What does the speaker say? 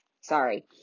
sorry